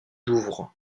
douvres